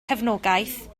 cefnogaeth